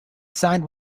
signed